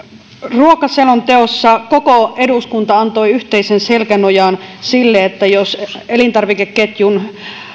ruokaselonteossa koko eduskunta antoi yhteisen selkänojan sille että jos elintarvikeketjun